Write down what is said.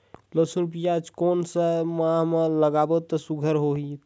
लसुन पियाज कोन सा माह म लागाबो त सुघ्घर होथे?